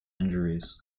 injuries